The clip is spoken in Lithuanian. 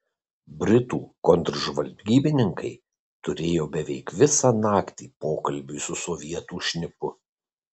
britų kontržvalgybininkai turėjo beveik visą naktį pokalbiui su sovietų šnipu